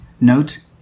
Note